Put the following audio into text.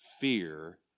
fear